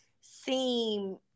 seem